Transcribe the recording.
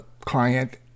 client